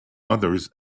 others